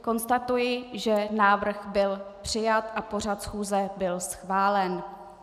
Konstatuji, že návrh byl přijat a pořad schůze byl schválen.